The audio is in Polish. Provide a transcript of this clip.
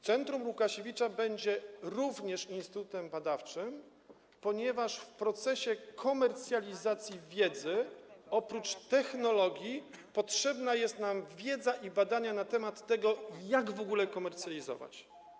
Centrum Łukasiewicz będzie również instytutem badawczym, ponieważ w procesie komercjalizacji wiedzy oprócz technologii potrzebna jest nam wiedza i badania na temat tego, jak w ogóle komercjalizować.